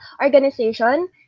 organization